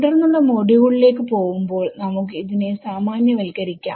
തുടർന്നുള്ള മോഡ്യൂളുകളിലേക്ക് പോവുമ്പോൾ നമുക്ക് ഇതിനെ സാമാന്യവൽക്കരിക്കാം